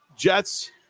Jets